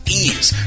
ease